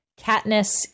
Katniss